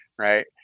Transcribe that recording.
right